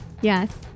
Yes